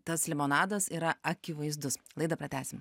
tas limonadas yra akivaizdus laidą pratęsim